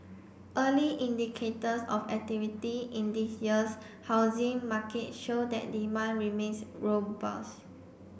early indicators of activity in this year's housing market show that demand remains robust